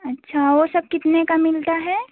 अच्छा वो सब कितने का मिलता है